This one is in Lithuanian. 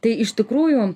tai iš tikrųjų